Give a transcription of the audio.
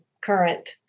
current